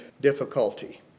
difficulty